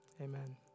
amen